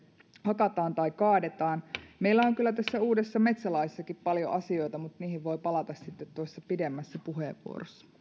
hakataan tai kaadetaan meillä on kyllä tässä uudessa metsälaissakin paljon asioita mutta niihin voi palata sitten pidemmässä puheenvuorossa